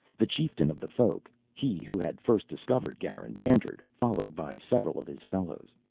the chieftain of the folk, he who had first discovered garin, entered, followed by several of his fellows.